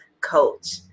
coach